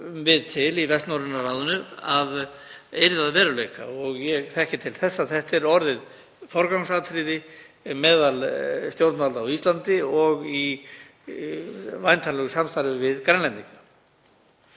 til þess að þetta yrði að veruleika. Ég þekki til þess að þetta er orðið forgangsatriði meðal stjórnvalda á Íslandi og í væntanlegu samstarfi við Grænlendinga.